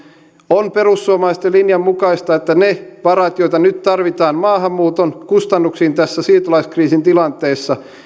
on perussuomalaisten linjan mukaista että ne varat joita nyt tarvitaan maahanmuuton kustannuksiin tässä siirtolaiskriisin tilanteessa